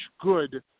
good